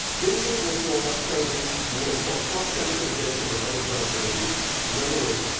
binging, withdrawal, craving, and what we call cross-sensitization with other drugs of abuse. in other words,